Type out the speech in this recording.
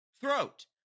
throat